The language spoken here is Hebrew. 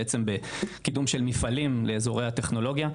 בעצם בקידום של מפעלים לאזורי הטכנולוגיה,